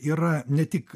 yra ne tik